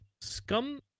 scum